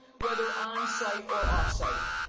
whether on-site or off-site.